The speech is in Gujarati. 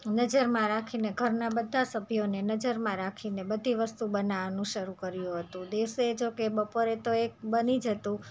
નજરમાં રાખીને ઘરનાં બધા સભ્યોને નજરમાં રાખીને બધી વસ્તુ બનાવવાનું શરુ કર્યું હતું દિવસે જો કે બપોરે તો એક બની જતું